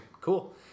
Cool